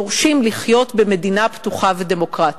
דורשים לחיות במדינה פתוחה ודמוקרטית.